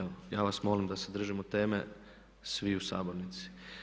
Evo, ja vas molim da se držimo teme svi u sabornici.